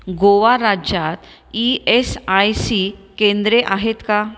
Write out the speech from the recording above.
गोवा राज्यात E S I C केंद्रे आहेत का